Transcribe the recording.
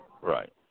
Right